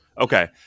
Okay